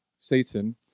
Satan